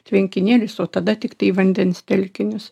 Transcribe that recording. tvenkinėlius o tada tiktai įvandens telkinius